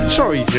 sorry